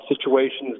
situations